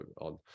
on